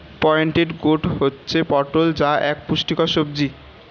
pointed gourd হচ্ছে পটল যা এক পুষ্টিকর সবজি